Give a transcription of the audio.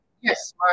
Yes